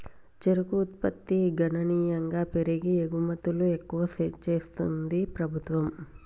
చెరుకు ఉత్పత్తి గణనీయంగా పెరిగి ఎగుమతులు ఎక్కువ చెస్తాంది ప్రభుత్వం